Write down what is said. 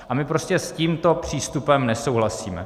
A my prostě s tímto přístupem nesouhlasíme.